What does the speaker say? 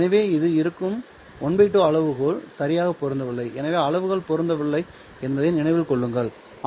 எனவே இது இருக்கும் ½ அளவுகோல் சரியாக பொருந்தவில்லை எனவே அளவுகள் பொருந்தவில்லை என்பதை நினைவில் கொள்ளுங்கள்